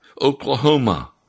Oklahoma